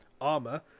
armor